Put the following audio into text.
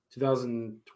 2020